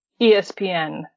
ESPN